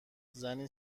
زنی